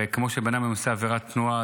הרי כמו שכשבן אדם היום עושה עבירת תנועה,